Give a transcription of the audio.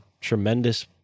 tremendous